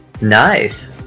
nice